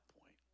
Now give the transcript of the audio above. point